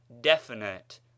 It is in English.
Definite